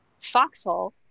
Foxhole